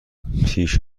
پیش